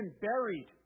buried